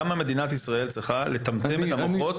למה מדינת ישראל צריכה לטמטם את המוחות